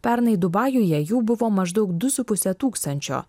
pernai dubajuje jų buvo maždaug du su puse tūkstančio